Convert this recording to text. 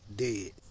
dead